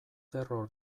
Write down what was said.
cerro